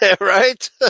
Right